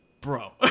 Bro